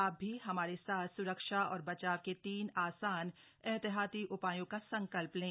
आप भी हमारे साथ सुरक्षा और बचाव के तीन आसान एहतियाती उपायों का संकल्प लें